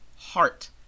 heart